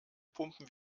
pumpen